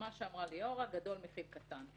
כמו שאמרה ליאורה, גדול מכיל קטן.